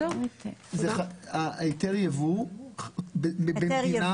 היתר יבוא במדינה,